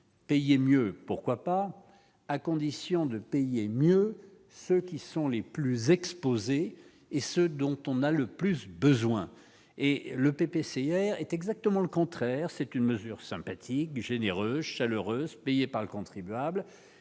payer mieux, pourquoi pas, à condition de pays et mieux ceux qui sont les plus exposés et ce dont on a le plus besoin et le PPCR est exactement le contraire, c'est une mesure sympathique, généreuse, chaleureuse, payés par le contribuable